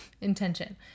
intention